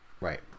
Right